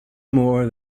more